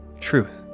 Truth